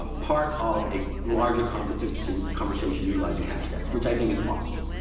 ah part of a larger conversation conversation utilizing hashtags, which i think is awesome.